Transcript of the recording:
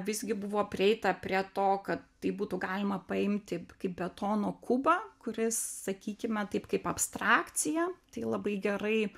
visgi buvo prieita prie to kad tai būtų galima paimti kaip betono kubą kuris sakykime taip kaip abstrakcija tai labai gerai